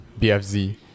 BFZ